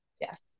Yes